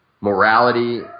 morality